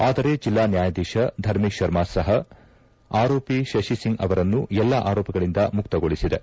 ಆದರೆ ಜಿಲ್ಲಾ ನ್ವಾಯಾಧೀಶ ಧರ್ಮೇಶ್ ಶರ್ಮಾ ಸಪ ಆರೋಪಿ ಶಶಿ ಸಿಂಗ್ ಅವರನ್ನು ಎಲ್ಲ ಆರೋಪಗಳಿಂದ ಮುಕ್ತಗೊಳಿಸಿದೆ